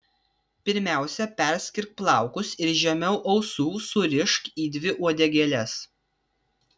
pirmiausia perskirk plaukus ir žemiau ausų surišk į dvi uodegėles